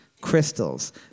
crystals